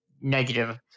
negative